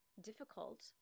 difficult